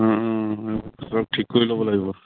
অঁ অঁ ঠিক কৰি ল'ব লাগিব